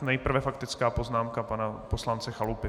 Nejprve faktická poznámka pana poslance Chalupy.